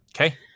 Okay